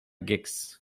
gex